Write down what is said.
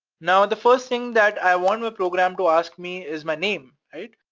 now and the first thing that i want my program to ask me is my name, right?